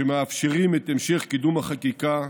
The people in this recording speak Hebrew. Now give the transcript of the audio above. שמאפשרים את המשך קידום החקיקה,